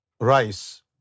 rice